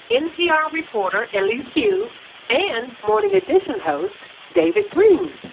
npr reporter elise hu and morning edition host david greene.